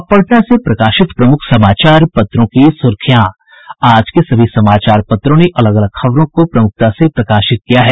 अब पटना से प्रकाशित प्रमुख समाचार पत्रों की सुर्खियां आज से सभी समाचार पत्रों ने अलग अलग खबरों को प्रमुखता से प्रकाशित किया है